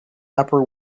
upper